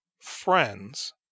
friends